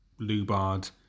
lubard